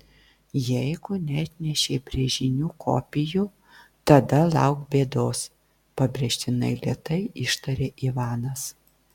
jeigu neatnešei brėžinių kopijų tada lauk bėdos pabrėžtinai lėtai ištarė ivanas